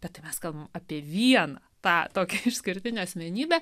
bet mes kalbame apie vieną tą tokią išskirtinę asmenybę